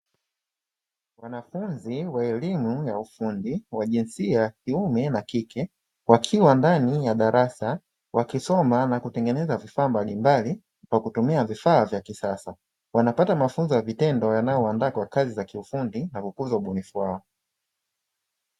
Wanafunzi wa elimu ya ufundi wa jinsia ya kiume na kike, wakiwa ndani ya darasa, wakisoma na kutengeneza vifaa mbalimbali kwa kutumia vifaa vya kisasa. Wanapata mafunzo ya vitendo yanayowaandaa kwa kazi za kiufundi na kukuza ubunifu wao.